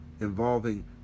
involving